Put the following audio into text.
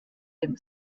dem